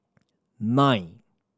nine